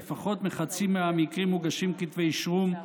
בפחות מחצי מהמקרים מוגשים כתבי אישום,